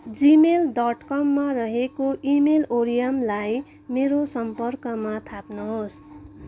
Gmail dot कममा रहेको email ओरियमलाई मेरो सम्पर्कमा थप्नुहोस्